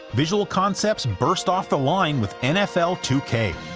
visual concepts burst off the line with nfl two k,